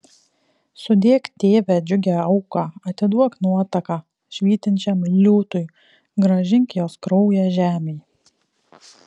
sudėk tėve džiugią auką atiduok nuotaką švytinčiam liūtui grąžink jos kraują žemei